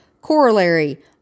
Corollary